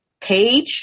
page